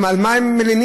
על מה הם מלינים?